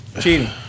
cheating